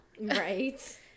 Right